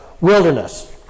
wilderness